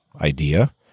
idea